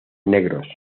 negros